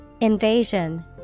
Invasion